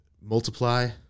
multiply